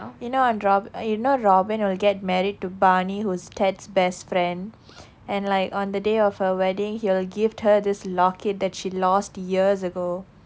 you know on rob~ you know robin will get married to barney who's ted's best friend and like on the day of her wedding he'll gift her this locket that she lost years ago